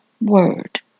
Word